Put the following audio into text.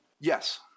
Yes